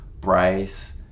Bryce